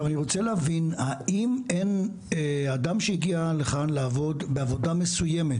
אני רוצה להבין האם אדם שהגיע לכאן לעבוד בעבודה מסוימת